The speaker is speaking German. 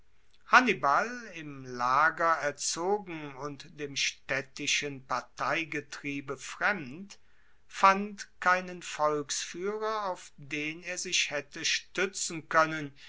hannibal im lager erzogen und dem staedtischen parteigetriebe fremd fand keinen volksfuehrer auf den er sich haette stuetzen koennen